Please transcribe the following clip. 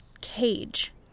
cage